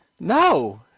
No